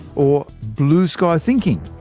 or blue-sky thinking,